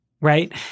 right